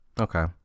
Okay